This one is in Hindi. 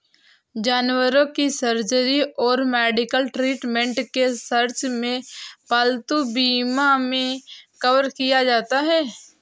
जानवरों की सर्जरी और मेडिकल ट्रीटमेंट के सर्च में पालतू बीमा मे कवर किया जाता है